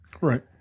Right